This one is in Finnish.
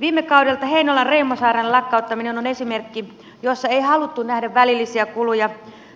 viime kaudelta heinolan reumasairaalan lakkauttaminen on esimerkki jossa ei haluttu nähdä välillisiä kuluja